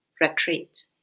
retreat